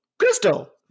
Crystal